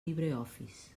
libreoffice